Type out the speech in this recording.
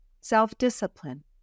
Self-discipline